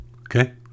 Okay